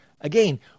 again